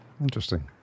Interesting